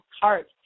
heart